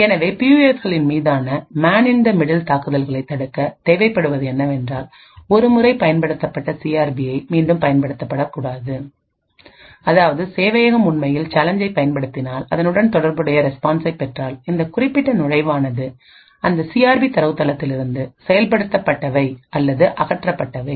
எனவே பியூஎஃப்களின் மீதான மேன் இன் த மிடில் தாக்குதல்களை தடுக்க தேவைப்படுவது என்னவென்றால் ஒருமுறை பயன்படுத்தப்பட்ட சிஆர்பியைமீண்டும் பயன்படுத்தக்கூடாது அதாவது சேவையகம் உண்மையில் சேலஞ்சை பயன்படுத்தினால் அதனுடன் தொடர்புடைய ரெஸ்பான்சை பெற்றால் இந்த குறிப்பிட்ட நுழைவானது இந்த சிஆர்பி தரவுத்தளத்திலிருந்து செயல்படுத்தப்பட்டவை அல்லது அகற்றப்பட்டவை